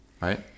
Right